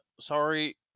sorry